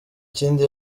kindi